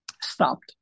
stopped